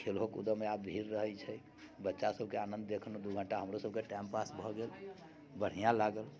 खेलहो कूदयमे आब भीड़ रहैत छै बच्चासभके आनन्द देखलहुँ दू घंटा हमरोसभके टाइम पास भऽ गेल बढ़िआँ लागल